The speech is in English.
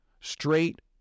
straight